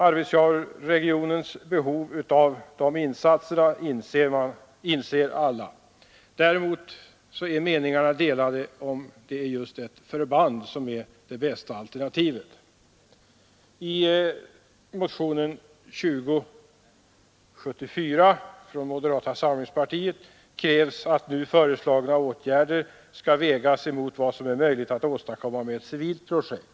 Arvidsjaurregionens behov av sådana insatser inser alla. Däremot är meningarna delade om huruvida just ett förband är det bästa alternativet. I motionen 2074 från moderata samlingspartiet krävs att nu föreslagna åtgärder skall vägas mot vad som är möjligt att åstadkomma med ett civilt projekt.